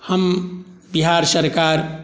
हम बिहार सरकार